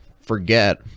forget